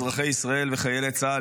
אזרחי ישראל וחיילי צה"ל,